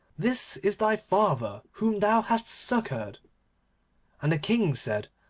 this is thy father whom thou hast succoured and the king said,